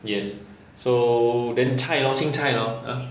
yes so then 菜 loh 青菜 loh